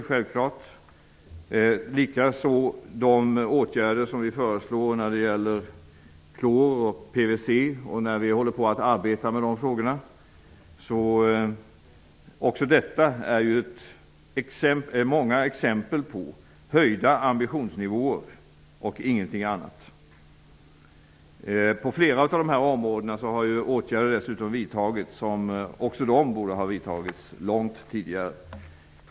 Principen gäller likaså de åtgärder som vi föreslår i fråga om klor och PVC. Vi håller på att arbeta med de frågorna, och också detta är exempel på höjda ambitionsnivåer och ingenting annat. På flera av de här områdena har åtgärder dessutom vidtagits som även de borde ha vidtagits långt tidigare.